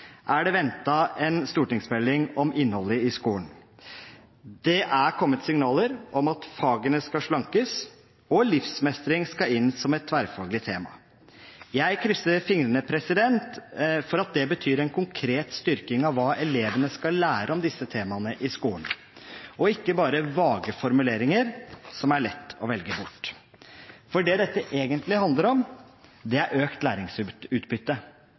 er det ventet en stortingsmelding om innholdet i skolen. Det er kommet signaler om at fagene skal slankes, og at livsmestring skal inn som et tverrfaglig tema. Jeg krysser fingrene for at det betyr en konkret styrking av hva elevene skal lære om disse temaene i skolen, og ikke bare vage formuleringer som det er lett å velge bort. Det dette egentlig handler om, er økt læringsutbytte,